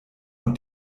und